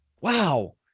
Wow